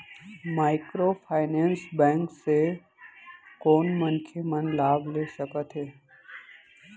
Microfinance bank से कोन मनखे मन लाभ ले सकथे?